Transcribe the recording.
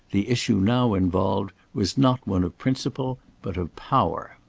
the issue now involved was not one of principle but of power.